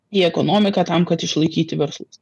į ekonomiką tam kad išlaikyti verslus